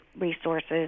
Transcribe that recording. resources